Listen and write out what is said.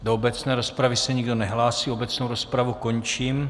Do obecné rozpravy se nikdo nehlásí, obecnou rozpravu končím.